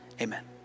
amen